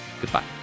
Goodbye